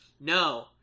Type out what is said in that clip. no